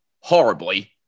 horribly